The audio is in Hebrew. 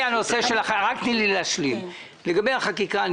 לגבי החקיקה,